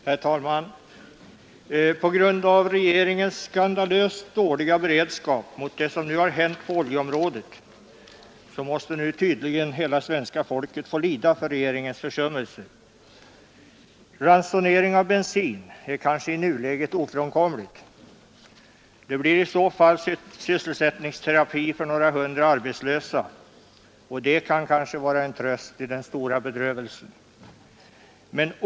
Herr talman! På grund av regeringens skandalöst dåliga beredskap mot det som nu har hänt på oljeområdet måste tydligen hela svenska folket få lida för regeringens försummelser. Ransonering av bensin är kanske i nuläget ofrånkomlig. Det blir i så fall sysselsättningsterapi för några hundra arbetslösa, och det kan kanske vara en tröst i den stora bedrövelsen.